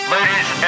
Ladies